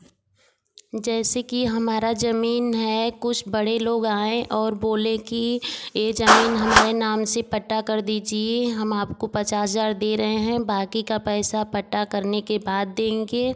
जैसे कि हमारा ज़मीन है कुछ बड़े लोग आए और बोले कि यह ज़मीन हमारे नाम से पत्ता कर दीजिए हम आपको पचास हज़ार दे रहे हैं बाकी का पैसा पट्टा करने के बाद देंगे